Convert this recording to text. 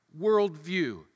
worldview